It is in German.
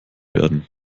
werden